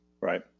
Right